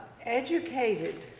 educated